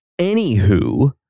anywho